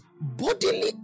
bodily